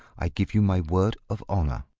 i give you my word of honour.